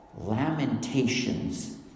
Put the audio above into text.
Lamentations